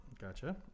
Gotcha